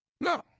No